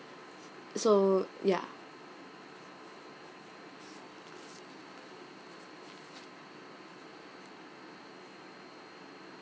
so ya